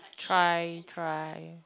try try